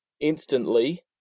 instantly